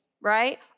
right